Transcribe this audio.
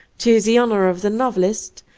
to the honor of the novelist,